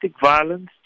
violence